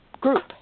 group